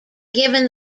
given